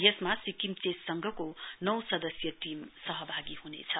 यसमा सिक्किम चेस संघको नौ सदस्यीय टीम सहभागी हुनेछ